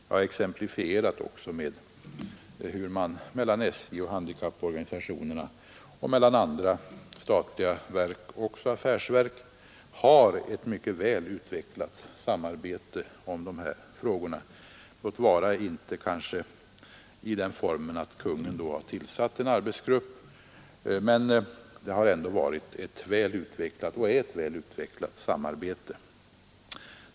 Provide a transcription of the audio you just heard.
Jag exemplifierade då också hur man mellan handikapporganisationerna och SJ — liksom andra statliga verk, även affärsverk — har ett mycket väl utvecklat samarbete i dessa frågor, om också inte i den formen att Kungen har tillsatt en arbetsgrupp. Det har ändå varit och är ett väl utvecklat samarbete.